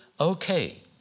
Okay